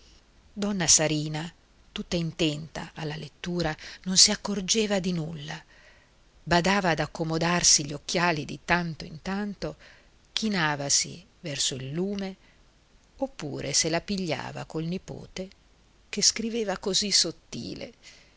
donna sarina tutta intenta alla lettura non si accorgeva di nulla badava ad accomodarsi gli occhiali di tanto in tanto chinavasi verso il lume oppure se la pigliava col nipote che scriveva così sottile